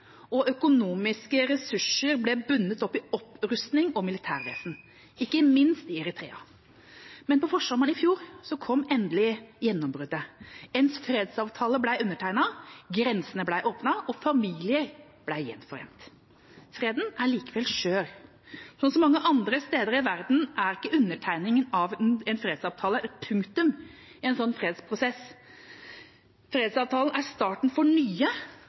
og økonomiske ressurser ble bundet opp i opprustning og militærvesen, ikke minst i Eritrea. Men på forsommeren i fjor kom endelig gjennombruddet. En fredsavtale ble undertegnet, grensene ble åpnet, og familier ble gjenforent. Freden er likevel skjør. Som så mange andre steder i verden er ikke undertegningen av en fredsavtale punktum for en fredsprosess – fredsavtalen er starten for nye